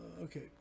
okay